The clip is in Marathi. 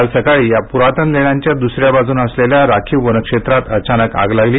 काल सकाळी या पुरातन लेण्यांच्या दुसऱ्या बाजूनं असलेल्या राखीव वन क्षेत्रात अचानक आग लागली